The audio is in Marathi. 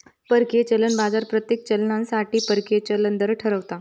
परकीय चलन बाजार प्रत्येक चलनासाठी परकीय चलन दर ठरवता